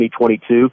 2022